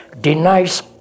denies